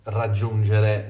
raggiungere